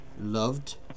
Loved